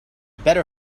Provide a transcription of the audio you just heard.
better